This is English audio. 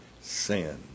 sin